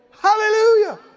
Hallelujah